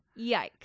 Yikes